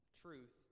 truth